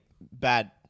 bad